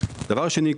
דבר שני,